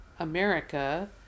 America